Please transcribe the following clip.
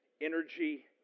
energy